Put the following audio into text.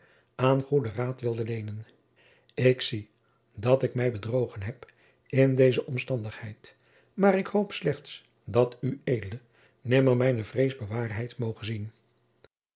aan goeden raad wilde leenen ik zie dat ik mij bedrogen heb in deze omstandigheid maar ik hoop slechts dat ued nimmer mijne vrees bewaarheid moge zien